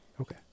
Okay